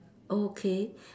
okay